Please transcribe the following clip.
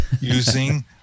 using